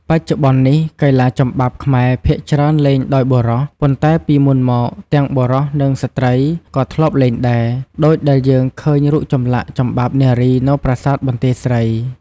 បច្ចុប្បន្ននេះ កីឡាចំបាប់ខ្មែរភាគច្រើនលេងដោយបុរស ប៉ុន្តែពីមុនមក ទាំងបុរស និងស្ត្រីក៏ធ្លាប់លេងដែរ ដូចដែលយើងឃើញរូបចម្លាក់ចំបាប់នារីនៅប្រាសាទបន្ទាយស្រី។